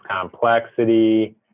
complexity